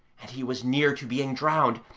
and he was near to being drowned,